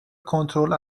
کنترل